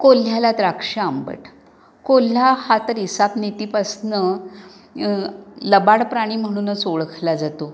कोल्ह्याला द्राक्षं आंबट कोल्हा हा तर इसापनीतीपासून लबाड प्राणी म्हणूनच ओळखला जातो